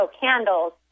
candles